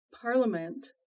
parliament